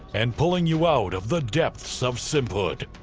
and pulling you out of the depths of simphood.